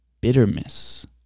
Bitterness